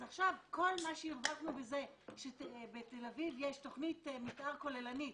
כל מה שהרווחנו מזה שבתל אביב יש תכנית מתאר כוללנית